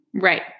Right